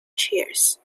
cheers